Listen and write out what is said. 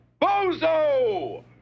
Bozo